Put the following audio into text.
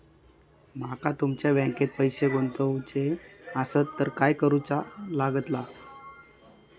माका तुमच्या बँकेत पैसे गुंतवूचे आसत तर काय कारुचा लगतला?